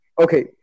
Okay